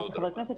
חבר הכנסת,